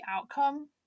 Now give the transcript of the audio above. outcome